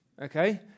Okay